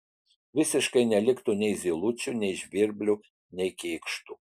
visiškai neliktų nei zylučių nei žvirblių nei kėkštų